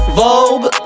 Vogue